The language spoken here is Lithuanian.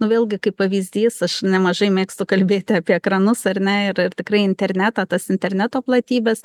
nu vėlgi kaip pavyzdys aš nemažai mėgstu kalbėti apie ekranus ar ne ir ir tikrai internetą tas interneto platybes